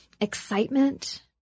excitement